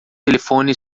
telefone